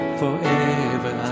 forever